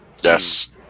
Yes